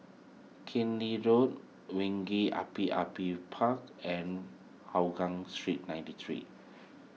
Road Api Api Park and Hougang Street ninety three